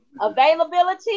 Availability